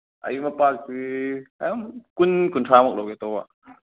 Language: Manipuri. ꯑꯩ ꯃꯄꯥꯛꯁꯤ ꯑꯗꯨꯝ ꯀꯨꯟ ꯀꯨꯟꯊ꯭ꯔꯥꯃꯨꯛ ꯂꯧꯒꯦ ꯇꯧꯕ